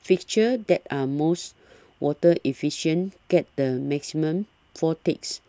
fixtures that are most water efficient get the maximum four ticks